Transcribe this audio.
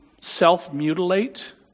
self-mutilate